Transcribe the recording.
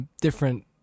different